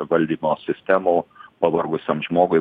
valdymo sistemų pavargusiam žmogui